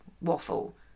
waffle